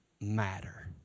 matter